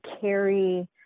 carry